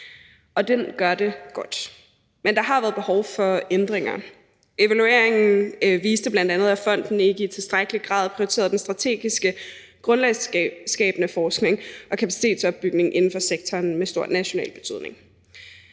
og den gør det godt. Men der har været behov for ændringer. Evalueringen viste bl.a., at fonden ikke i tilstrækkelig grad prioriterede den strategiske grundlagsskabende forskning og kapacitetsopbygning inden for sektoren med stor national betydning.